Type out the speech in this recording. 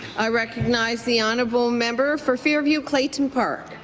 i recognize the honourable member for fairview clayton park.